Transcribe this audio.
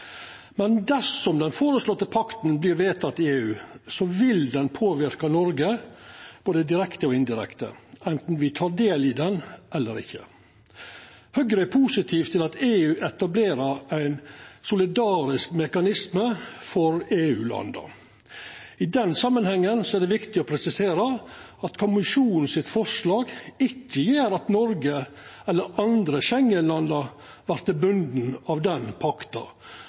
men dersom den føreslåtte pakta vert vedteken i EU, vil det påverka Noreg både direkte og indirekte – anten me tek del i det eller ikkje. Høgre er positiv til at EU etablerer ein solidarisk mekanisme for EU-landa. I den samanhengen er det viktig å presisera at forslaget frå kommisjonen ikkje gjer at Noreg eller andre Schengen-land vert bundne av den pakta,